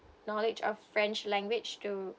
knowledge of french language to